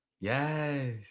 yes